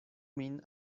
min